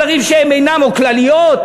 על ערים שהן אינן, או כלליות.